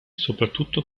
soprattutto